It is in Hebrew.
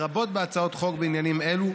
לרבות בהצעות חוק בעניינים אלה,